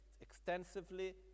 Extensively